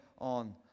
on